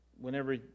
whenever